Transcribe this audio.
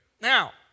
Now